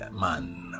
man